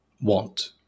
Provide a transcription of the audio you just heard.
want